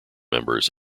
members